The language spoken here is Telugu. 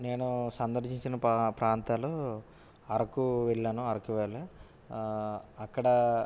నేను సందర్శించిన ప్రా ప్రాంతాలు అరకు వెళ్ళాను అరకు వాలీ అక్కడ